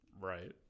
Right